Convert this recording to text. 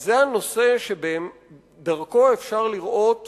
זה הנושא שדרכו אפשר לראות